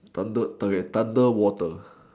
thundered tired underwater